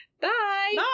bye